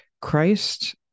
Christ